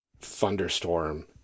thunderstorm